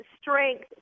strength